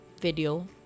video